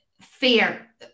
fear